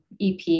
EP